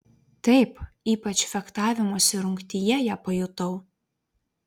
taip ypač fechtavimosi rungtyje ją pajutau